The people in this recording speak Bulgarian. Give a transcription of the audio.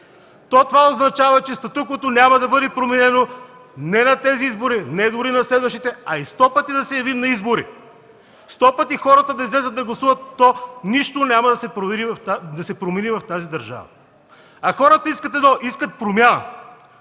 то това означава, че статуквото няма да бъде променено не на тези избори, не дори на следващите, а и сто пъти да се явим на избори. Сто пъти хората да излязат да гласуват, нищо няма да се промени в тази държава. А хората искат едно – искат промяната.